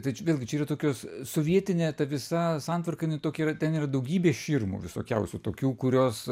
tai čia vėlgi čia yra tokios sovietinė ta visa santvarka jinai tokia yra ten yra daugybė širmų visokiausių tokių kurios